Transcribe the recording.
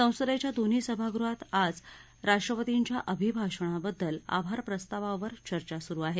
संसदेच्या दोन्ही सभागृहात आज राष्ट्रपतींच्या अभिभाषणांबद्दल आभार प्रस्तावावर चर्चा सुरू आहे